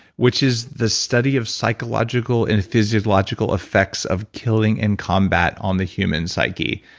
which is the study of psychological and physiological effects of killing in combat on the human psyche.